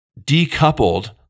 decoupled